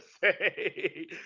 say